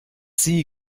sie